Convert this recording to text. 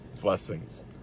Blessings